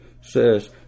says